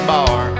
Bar